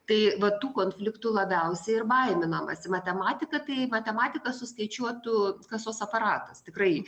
tai va tų konfliktų labiausiai ir baiminamasi matematika tai matematika suskaičiuotų kasos aparatas tikrai